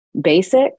basic